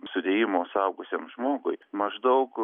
sudėjimo suaugusiam žmogui maždaug